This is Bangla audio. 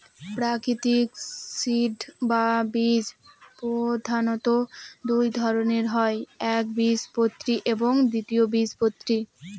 প্রাকৃতিক সিড বা বীজ প্রধানত দুই ধরনের হয় একবীজপত্রী এবং দ্বিবীজপত্রী